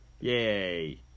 yay